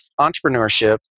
entrepreneurship